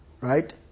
Right